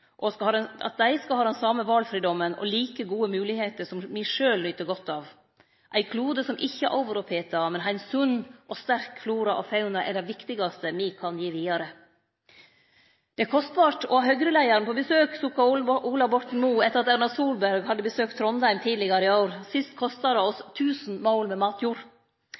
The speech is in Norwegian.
og for at dei skal ha den same valfridomen og like gode moglegheiter som me sjølv nyt godt av. Ein klode som ikkje er overoppheta, men har ein sunn og sterk flora og fauna, er det viktigaste me kan gi vidare. «Det er kostbart å ha høyrelederen på besøk», sukka Ola Borten Moe etter at Erna Solberg hadde besøkt Trondheim tidlegare i år: «Sist kostet det oss 1000 mål med matjord.»